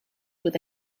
with